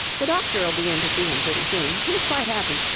the doctor'll be in to see him pretty soon. he's quite happy.